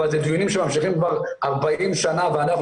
אבל אלה דיונים שממשיכים כבר 40 שנה ואנחנו